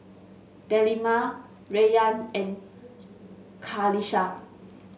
Delima Rayyan and Qalisha